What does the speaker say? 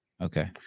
Okay